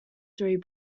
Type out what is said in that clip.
three